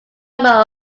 number